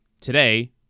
today